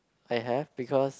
I have because